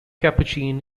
capuchin